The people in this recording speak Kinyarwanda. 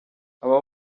aba